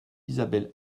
isabelle